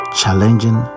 challenging